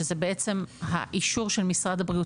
שזה בעצם האישור של משרד הבריאות,